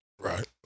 Right